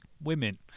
Women